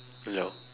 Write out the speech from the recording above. hello